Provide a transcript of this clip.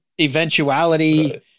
eventuality